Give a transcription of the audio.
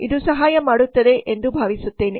ಇದು ಸಹಾಯ ಮಾಡುತ್ತದೆ ಎಂದು ಭಾವಿಸುತ್ತೇವೆ